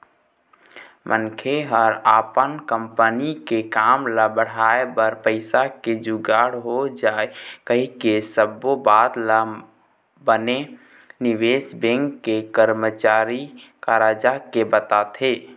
मनखे ह अपन कंपनी के काम ल बढ़ाय बर पइसा के जुगाड़ हो जाय कहिके सब्बो बात ल बने निवेश बेंक के करमचारी करा जाके बताथे